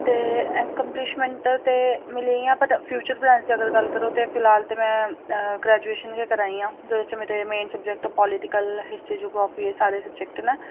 ते अकांप्लिशमेंट ते मिली आ वट् फ्यूचर्स प्लॉन दी अगर गल्ल करो ते फ़िलहाल ते में ग्रेजुएशन गै करा दियां ऐ जोह्दे च मेरे मेन सब्जेक्ट ओह् पॉलिटिकल हिस्ट्री जियोग्रॉफी एह् सारे सब्जेक्ट न